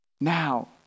now